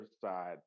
side